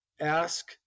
ask